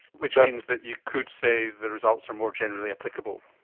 which means that you could say the results are more generally applicable.